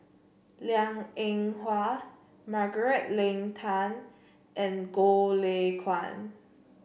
Liang Eng Hwa Margaret Leng Tan and Goh Lay Kuan